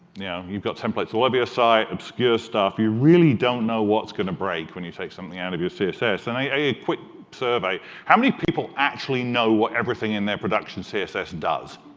yeah you've got templates all over your site, obscure stuff, you really don't know what's going to break when you take something out of your css. and a quick survey, how many people actually know what everything in their production css does?